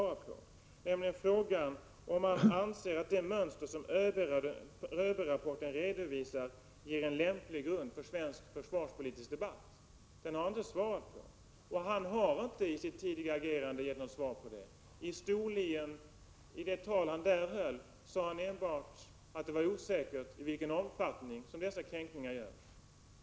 Jag frågade nämligen om han anser att det mönster som ÖB-rapporten redovisar ger en lämplig grund för svensk försvarspolitisk debatt. Den frågan har försvarsministern inte svarat på, och han har inte heller tidigare — det framgår av hans agerande — gett något svar på den frågan. I det tal som försvarsministern höll i Storlien sade han enbart att det var osäkert i vilken omfattning dessa kränkningar förekommer.